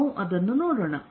ನಾವು ಅದನ್ನು ನೋಡೋಣ